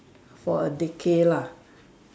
for a decade lah